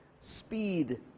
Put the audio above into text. Speed